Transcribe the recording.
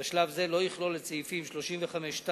בשלב זה לא ייכללו סעיפים 35(2),